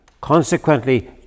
Consequently